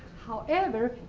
however,